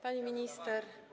Pani Minister!